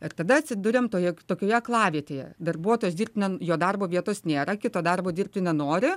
ir tada atsiduriam toj tokioje aklavietėje darbuotojas dirbt ne jo darbo vietos nėra kito darbo dirbti nenori